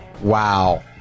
Wow